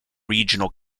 regional